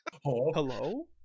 Hello